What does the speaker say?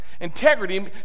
Integrity